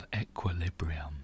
equilibrium